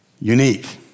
unique